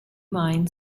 mind